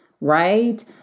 right